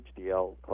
HDL